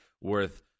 worth